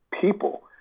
people